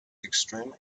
extremely